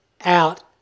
out